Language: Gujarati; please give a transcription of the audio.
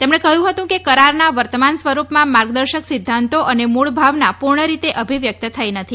તેમણે કહ્યું હતું કે કરારના વર્તમાન સ્વરૂપમાં માર્ગદર્શક સિધ્ધાંતો અને મૂળ ભાવના પૂર્ણરીતે અભિવ્યક્ત થઇ નથી